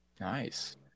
Nice